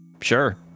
Sure